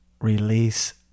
Release